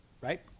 right